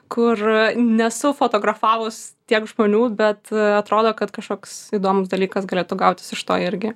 kur nesu fotografavus tiek žmonių bet atrodo kad kažkoks įdomus dalykas galėtų gautis iš to irgi